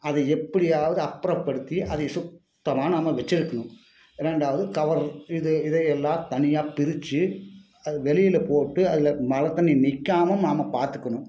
அதை எப்படியாவது அப்புறப்படுத்தி அதை சுத்தமாக நாம் வச்சிருக்கணும் ரெண்டாவது கவர் இது இதை எல்லாம் தனியாக பிரித்து அதை வெளியில போட்டு அதில் மழை தண்ணி நிற்காம நாம் பாத்துக்கணும்